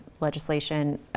legislation